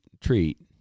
treat